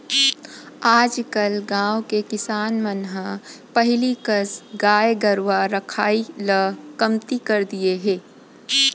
आजकल गाँव के किसान मन ह पहिली कस गाय गरूवा रखाई ल कमती कर दिये हें